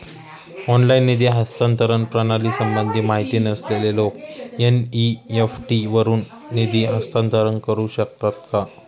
Online निधी हस्तांतरण प्रणालीसंबंधी माहिती नसलेले लोक एन.इ.एफ.टी वरून निधी हस्तांतरण करू शकतात का?